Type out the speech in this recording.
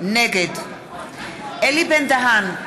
נגד אלי בן-דהן,